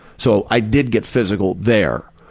so i did get physical there.